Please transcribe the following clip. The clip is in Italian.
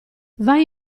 vai